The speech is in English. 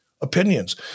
opinions